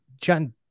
John